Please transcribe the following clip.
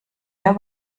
der